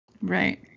Right